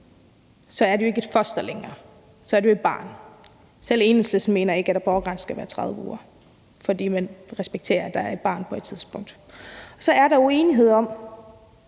er det ikke et foster længere; så er det jo et barn. Selv Enhedslisten mener ikke, at abortgrænsen skal være 30 uger, fordi man respekterer, at det bliver et barn på et tidspunkt. Så er der uenighed om,